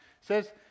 says